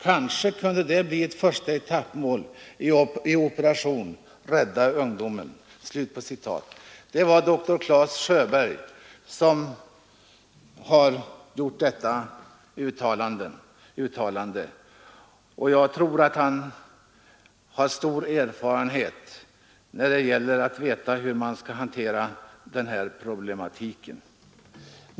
Kanske kunde det bli ett första etappmål i "Operation Rädda Ungdomen".” Det är dr Clas Sjöberg som har gjort detta uttalande. Jag tror att han har stor erfarenhet av hur man skall hantera den här problematiken.